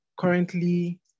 currently